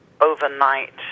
Overnight